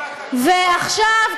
עכשיו,